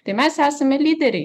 tai mes esame lyderiai